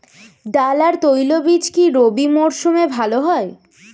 ডাল আর তৈলবীজ কি রবি মরশুমে ভালো হয়?